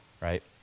right